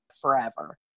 forever